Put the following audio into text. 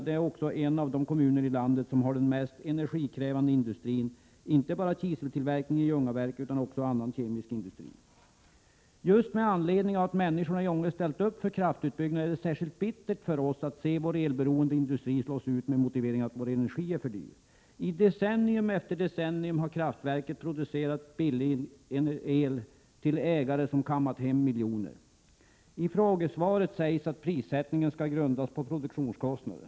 Ånge är också en av de kommuner i landet som har den mest energikrävande industrin. Det handlar inte bara om kiseltillverkningen i Ljungaverk utan också om annan kemisk industri. Mot bakgrund av att vi människor i Ånge har ställt upp för kraftutbyggnader är det särskilt bittert för oss att se vår elberoende industri slås ut med motiveringen att vår energi är för dyr. Decennium efter decennium har kraftverket producerat billig el till ägare som har kammat hem miljoner. I frågesvaret sägs att prissättningen skall grundas på produktionskostnader.